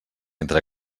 entre